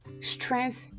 strength